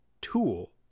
tool